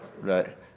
Right